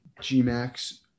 G-Max